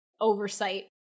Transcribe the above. oversight